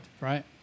Right